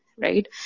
right